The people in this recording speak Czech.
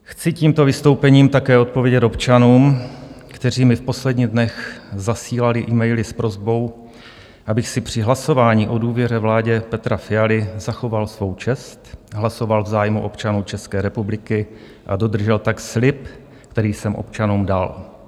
Chci tímto vystoupením také odpovědět občanům, kteří mi v posledních dnech zasílali emaily s prosbou, abych si při hlasování o důvěře vládě Petra Fialy zachoval svou čest, hlasoval v zájmu občanů České republiky a dodržel tak slib, který jsem občanům dal.